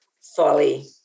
folly